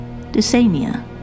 Dysania